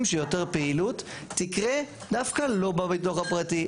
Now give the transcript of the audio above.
שיותר פעילות תקרה דווקא לא בתוך הפרטי,